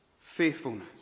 faithfulness